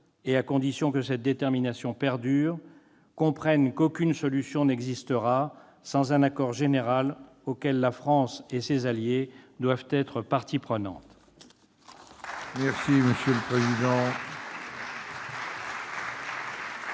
et à condition que cette détermination perdure, comprennent qu'aucune solution n'existera sans un accord général auquel la France et ses alliés doivent être parties prenantes.